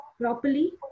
properly